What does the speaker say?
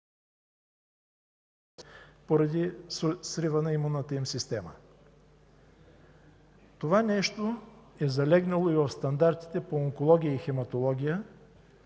поради срив на имунната им система. Това е залегнало и в стандартите по онкология и хематология,